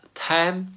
,time